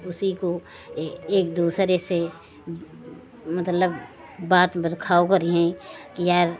उसी को ए एक दूसरे से मतलब बात बरखाव करिहें कि यार